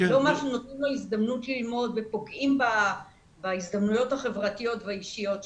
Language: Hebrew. לא נותנים לו הזדמנות ללמוד ופוגעים בהזדמנויות החברתיות והאישיות שלו.